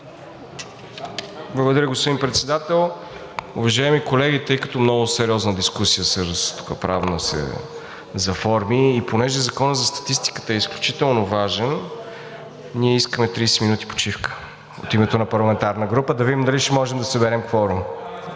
Благодаря, господин Председател. Уважаеми колеги, тъй като много сериозна дискусия правна се заформи и понеже Законът за статистиката е изключително важен, ние искаме 30 минути почивка от името на парламентарна група, да видим дали ще можем да съберем кворум.